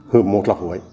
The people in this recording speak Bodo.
हो मसलाखौहाय